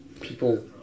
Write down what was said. people